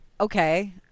okay